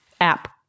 app